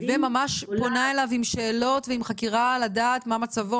--- וממש פונה אליו עם שאלות ועם חקירה לדעת מה מצבו,